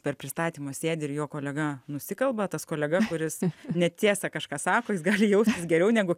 per pristatymą sėdi ir jo kolega nusikalba tas kolega kuris netiesą kažką sako jis gali jaustis geriau negu